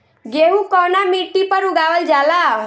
गेहूं कवना मिट्टी पर उगावल जाला?